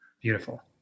Beautiful